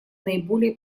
наиболее